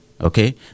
Okay